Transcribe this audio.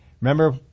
Remember